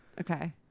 okay